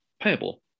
payable